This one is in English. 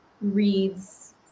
reads